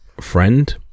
friend